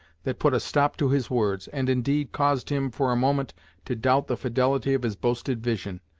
that put a stop to his words, and, indeed, caused him for a moment to doubt the fidelity of his boasted vision.